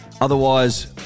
Otherwise